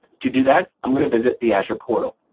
to do that, i'm going to visit the azure portal.